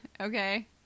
Okay